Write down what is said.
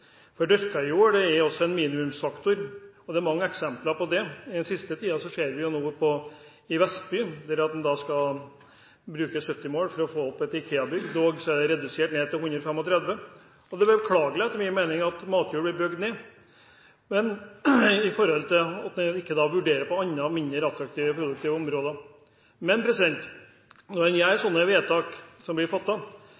For dyrka jord er også en minimumsfaktor, og det er mange eksempler på det. Nå sist ser vi at en i Vestby skal bruke 70 mål for å få opp et IKEA-bygg – dog er antall mål matjord redusert fra 135. Det er beklagelig etter min mening at matjord blir bygd ned, og at en ikke vurderer mindre attraktive og mindre produktive områder. Men når en